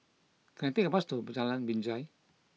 can I take a bus to Jalan Binjai